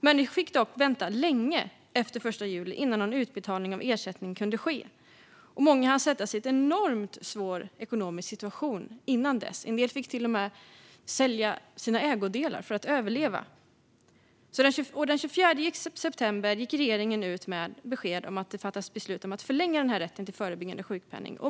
Människor fick dock vänta till långt efter den 1 juli innan någon utbetalning av ersättning kunde ske, och många hann sättas i en enormt svår ekonomisk situation innan dess. En del fick till och med sälja sina ägodelar för att överleva. Den 24 september gick regeringen ut med besked om att det fattats beslut om att förlänga rätten till förebyggande sjukpenning.